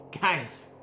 Guys